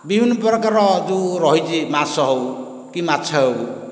ବିଭିନ୍ନ ପ୍ରକାର ଯେଉଁ ରହିଛି ମାଂସ ହେଉ କି ମାଛ ହେଉ